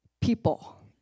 people